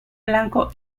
blanco